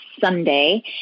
Sunday